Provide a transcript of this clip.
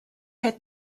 head